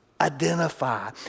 identify